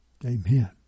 Amen